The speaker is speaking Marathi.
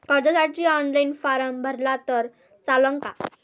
कर्जसाठी ऑनलाईन फारम भरला तर चालन का?